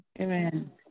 Amen